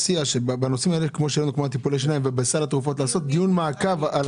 שבנושאים של טיפולי השיניים וסל התרופות נעשה דיוני מעקב.